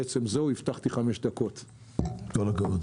עד כאן.